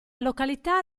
località